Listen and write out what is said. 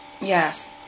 Yes